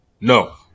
No